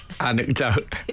anecdote